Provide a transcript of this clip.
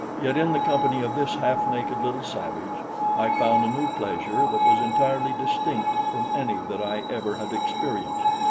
yet in the company of this half-naked little savage i found a new pleasure that was entirely distinct from any that i ever had experienced.